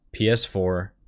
ps4